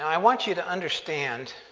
i want you to understand